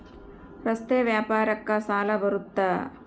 ರಸ್ತೆ ವ್ಯಾಪಾರಕ್ಕ ಸಾಲ ಬರುತ್ತಾ?